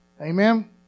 Amen